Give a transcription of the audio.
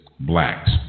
Blacks